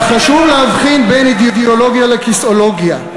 אדוני היושב-ראש,